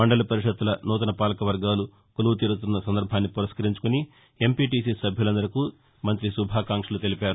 మండల పరిషత్ల నూతన పాలకవర్గాలు కొలువు తీరుతున్న సందర్భాన్ని పురస్కరించుకొని ఎంపీటీసీ సభ్యులందరికీ మంత్రి శుభాకాంక్షలు తెలిపారు